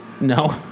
No